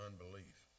unbelief